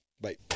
Bye